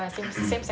same sec~